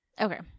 Okay